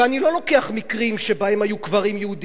ואני לא לוקח מקרים שבהם היו קברים יהודיים,